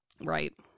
Right